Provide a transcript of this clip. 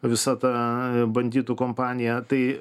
visa ta banditų kompanija tai